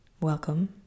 welcome